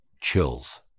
chills